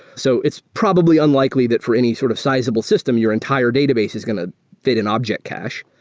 so it's probably unlikely that for any sort of sizable system your entire database is going to fit in object cache.